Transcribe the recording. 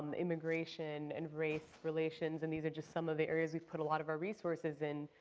um immigration, and race relations and these are just some of the areas we've put a lot of our resources in,